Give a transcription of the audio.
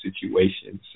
situations